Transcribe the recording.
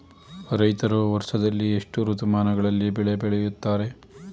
ರೈತರು ವರ್ಷದಲ್ಲಿ ಎಷ್ಟು ಋತುಮಾನಗಳಲ್ಲಿ ಬೆಳೆ ಬೆಳೆಯುತ್ತಾರೆ?